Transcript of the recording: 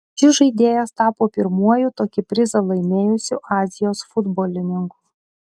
šis žaidėjas tapo pirmuoju tokį prizą laimėjusiu azijos futbolininku